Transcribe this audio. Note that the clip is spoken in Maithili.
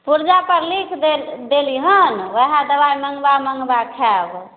पुर्जापर लिख देली हन उएह दवाइ मङ्गबा मङ्गबा खायब